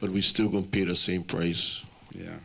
but we still go below same price yeah